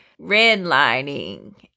redlining